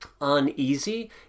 uneasy